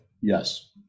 Yes